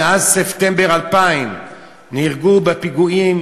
מאז ספטמבר 2000 נהרגו בפיגועים